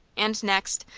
and next,